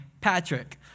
Patrick